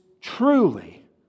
truly